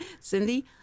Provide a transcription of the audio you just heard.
Cindy